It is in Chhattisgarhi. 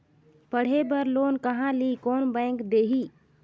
पढ़े बर लोन कहा ली? कोन बैंक देही?